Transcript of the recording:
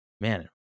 man